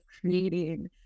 creating